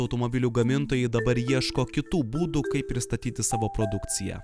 automobilių gamintojai dabar ieško kitų būdų kaip pristatyti savo produkciją